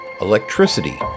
electricity